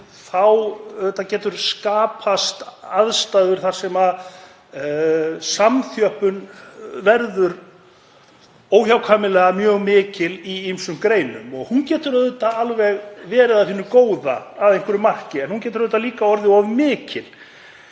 geta skapast aðstæður þar sem samþjöppun verður óhjákvæmilega mjög mikil í ýmsum greinum. Hún getur auðvitað alveg verið af hinu góða að einhverju marki en hún getur líka orðið of mikil.